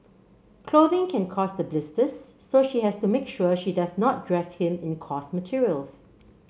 clothing can cause the blisters so she has to make sure she does not dress him in coarse materials